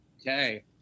Okay